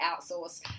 outsource